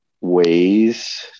ways